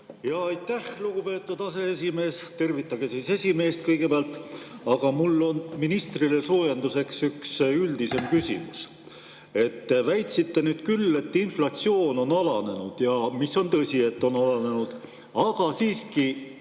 Aitäh, lugupeetud aseesimees! Tervitage siis esimeest kõigepealt. Aga mul on ministrile soojenduseks üks üldisem küsimus. Te väitsite nüüd, et inflatsioon on alanenud. See on tõsi, et on alanenud, aga siiski